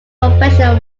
professional